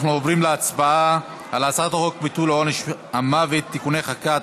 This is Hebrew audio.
אנחנו עוברים להצבעה על הצעת חוק ביטול עונש המוות (תיקוני חקיקה),